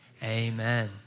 Amen